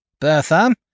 Bertha